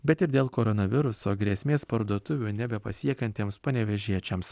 bet ir dėl koronaviruso grėsmės parduotuvių nebepasiekiantiems panevėžiečiams